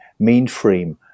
mainframe